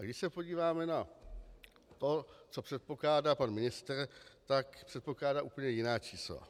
Když se podíváme na to, co předpokládá pan ministr, tak předpokládá úplně jiná čísla.